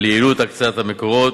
על יעילות הקצאת המקורות,